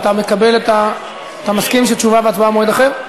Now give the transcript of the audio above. אתה מסכים שתשובה והצבעה במועד אחר?